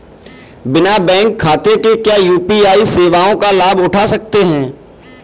बिना बैंक खाते के क्या यू.पी.आई सेवाओं का लाभ उठा सकते हैं?